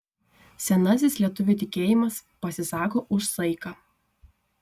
senasis lietuvių tikėjimas pasisako už saiką